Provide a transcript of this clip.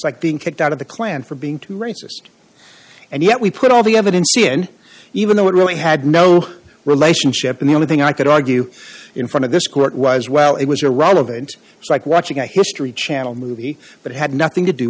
like being kicked out of the klan for being too racist and yet we put all the evidence in even though it really had no relationship and the only thing i could argue in front of this court was well it was irrelevant so like watching a history channel movie but had nothing to do